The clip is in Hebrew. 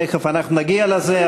ותכף אנחנו נגיע לזה.